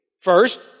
First